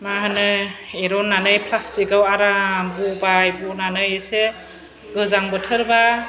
मा होनो एरनानै फ्लासथिक आव आराम बबाय बनानै एसे गोजां बोथोरबा